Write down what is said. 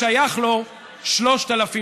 כשאנחנו חזקים ויש גיבוי של העולם ויש מזרח תיכון אחר,